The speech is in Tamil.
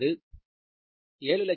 அது 798440